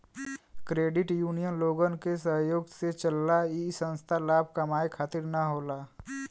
credit union लोगन के सहयोग से चलला इ संस्था लाभ कमाये खातिर न होला